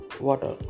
water